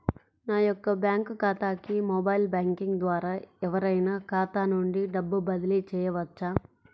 నా యొక్క బ్యాంక్ ఖాతాకి మొబైల్ బ్యాంకింగ్ ద్వారా ఎవరైనా ఖాతా నుండి డబ్బు బదిలీ చేయవచ్చా?